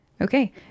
Okay